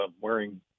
wearing